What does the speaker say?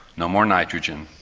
no more nitrogen.